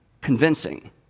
convincing